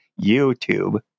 YouTube